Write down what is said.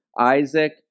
Isaac